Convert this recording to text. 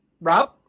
Rob